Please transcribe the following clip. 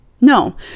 No